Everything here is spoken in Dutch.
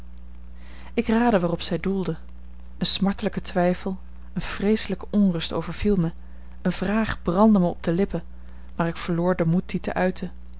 ik raadde waarop zij doelde een smartelijke twijfel eene vreeselijke onrust overviel mij eene vraag brandde mij op de lippen maar ik verloor den moed die te uiten